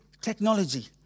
technology